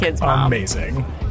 amazing